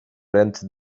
ręce